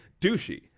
Douchey